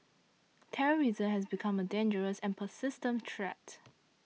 terrorism has become a dangerous and persistent threat